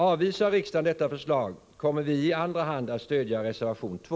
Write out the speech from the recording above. Avvisar riksdagen detta förslag kommer vi i andra hand att stödja reservation 2.